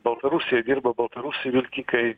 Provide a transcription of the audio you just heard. baltarusijoj dirba baltarusių vilkikai